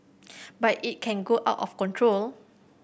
but it can go out of control